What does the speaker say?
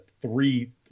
three